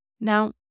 Now